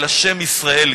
אל השם ישראל,